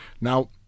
Now